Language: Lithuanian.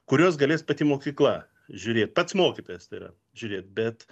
kuriuos galės pati mokykla žiūrėt pats mokytojas tai yra žiūrėt bet